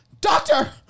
doctor